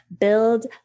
build